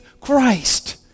Christ